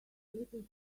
little